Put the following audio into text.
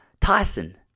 Tyson